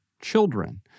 Children